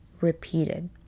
repeated